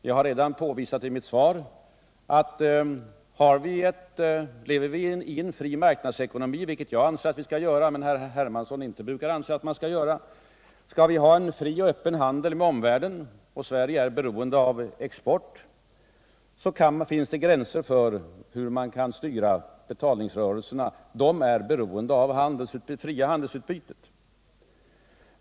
Jag har redan i mitt svar påvisat att om vi lever i en fri marknadsekonomi -— vilket jag anser att vi skall göra men som herr Hermansson brukar anse att vi inte skall göra — och om vi skall ha en fri och öppen handel med omvärlden, vilket vi bör ha eftersom Sverige är beroende av export, så finns det gränser för hur man kan styra betalningsrörelserna. Dessa är beroende av det fria handelsutbytet.